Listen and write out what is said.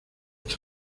tus